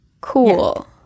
cool